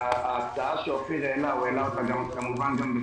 וההצעה שאופיר העלה, הוא העלה אותה גם בפנינו.